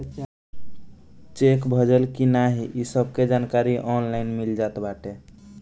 check भजल की नाही इ सबके जानकारी ऑनलाइन मिल जात बाटे